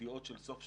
בידיעות של סוף שבוע,